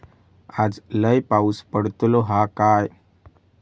आज लय पाऊस पडतलो हा काय?